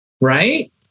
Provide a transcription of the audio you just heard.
Right